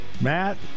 Matt